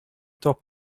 top